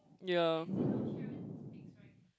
ya